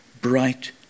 bright